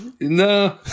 no